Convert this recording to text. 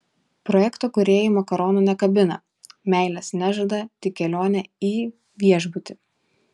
projekto kūrėjai makaronų nekabina meilės nežada tik kelionę į viešbutį